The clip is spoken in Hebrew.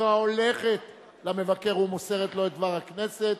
זו ההולכת למבקר ומוסרת לו את דבר הכנסת.